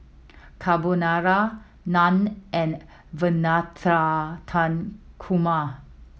Carbonara Naan and Navratan Korma